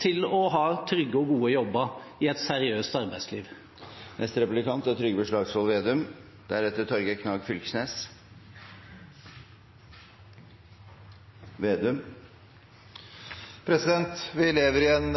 til å ha trygge og gode jobber i et seriøst arbeidsliv. Vi lever i en